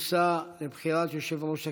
שכונסה לבחירת יושב-ראש הכנסת.